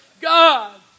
God